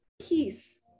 peace